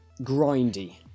grindy